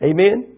Amen